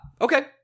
okay